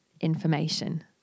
information